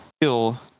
kill